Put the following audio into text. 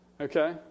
Okay